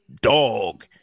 dog